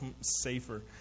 safer